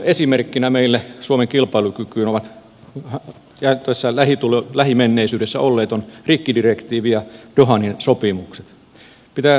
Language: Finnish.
esimerkkeinä meille suomen kilpailukyvyn heikennyksistä ovat tässä lähimenneisyydessä olleet rikkidirektiivi ja dohan sopimukset